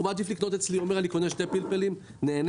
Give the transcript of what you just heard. אז הוא מעדיף לקנות שני פלפלים ונהנה.